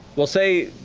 we'll say,